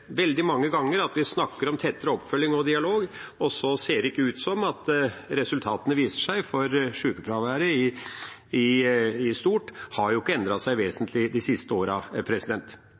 veldig mange ganger vi snakker om tettere oppfølging og dialog, og så ser det ikke ut som at resultatene viser seg, for sjukefraværet i stort har jo ikke endret seg vesentlig de siste